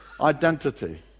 Identity